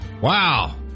Wow